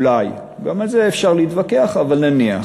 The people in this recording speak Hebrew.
אולי, גם על זה אפשר להתווכח, אבל נניח.